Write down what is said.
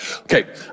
Okay